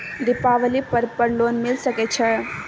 दीपावली पर्व पर लोन मिल सके छै?